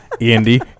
andy